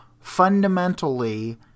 fundamentally